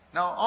Now